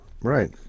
Right